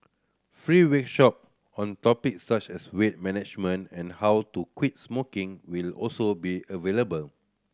free week workshop on topics such as weight management and how to quit smoking will also be available